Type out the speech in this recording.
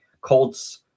Colts –